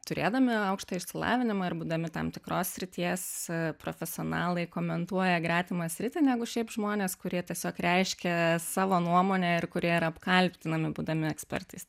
turėdami aukštą išsilavinimą ir būdami tam tikros srities profesionalai komentuoja gretimą sritį negu šiaip žmonės kurie tiesiog reiškia savo nuomonę ir kurie yra apkaltinami būdami ekspertais